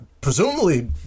presumably